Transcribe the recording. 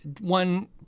one